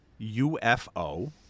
UFO